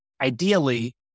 ideally